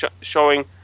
showing